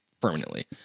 permanently